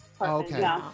Okay